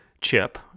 Chip